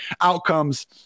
outcomes